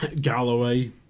Galloway